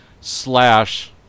slash